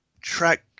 track